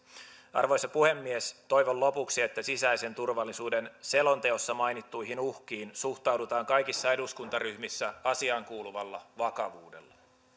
arvoisa puhemies toivon lopuksi että sisäisen turvallisuuden selonteossa mainittuihin uhkiin suhtaudutaan kaikissa eduskuntaryhmissä asiaan kuuluvalla vakavuudella